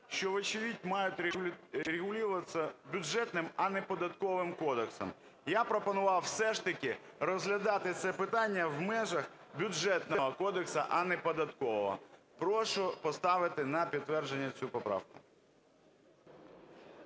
що, вочевидь, має регулюватися Бюджетним, а не Податковим кодексом. Я пропонував все ж таки розглядати це питання в межах Бюджетного кодексу, а не Податкового. Прошу поставити на підтвердження цю поправку.